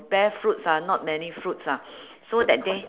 bear fruits ah not many fruits ah so that day